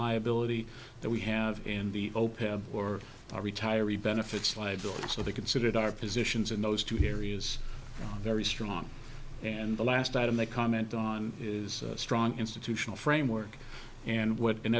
liability that we have in the open or retiree benefits liability so they considered our positions in those two areas very strong and the last item a comment on is strong institutional framework and what in